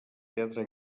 teatre